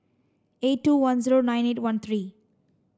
eight two one zero nine eight one three